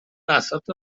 بساط